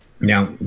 Now